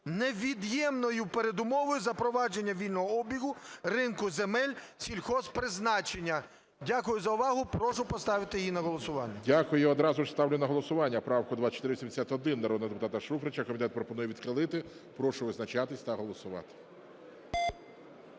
невід'ємною передумовою запровадження вільного обігу ринку земель сільгосппризначення". Дякую за увагу. Прошу поставити її на голосування. ГОЛОВУЮЧИЙ. Дякую. І одразу ж ставлю її на голосування, правку 2481 народного депутата Шуфрича. Комітет пропонує відхилити. Прошу визначатись та голосувати.